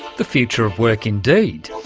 the future of work indeed!